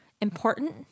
important